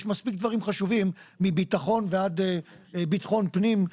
יש מספיק דברים חשובים, מביטחון, ביטחון פנים,